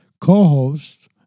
co-host